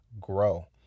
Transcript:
grow